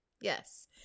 Yes